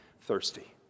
thirsty